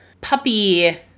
puppy